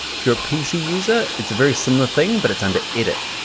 if you're a pc user, it's a very similar thing but it's under edit,